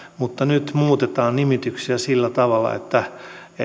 mutta nyt muutetaan nimityksiä sillä tavalla että